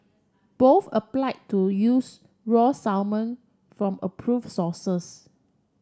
both applied to use raw salmon from approved sources